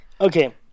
okay